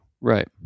right